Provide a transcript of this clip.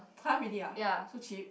!huh! really ah so cheap